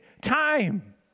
time